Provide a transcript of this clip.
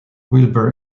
wilbur